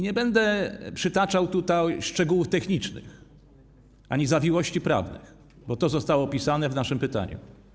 Nie będę przytaczał tutaj szczegółów technicznych ani zawiłości prawnych, bo to zostało opisane w naszym pytaniu.